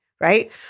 right